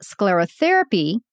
sclerotherapy